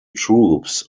troops